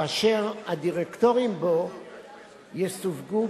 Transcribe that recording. ואשר הדירקטורים בו יסווגו,